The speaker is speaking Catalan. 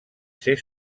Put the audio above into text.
ser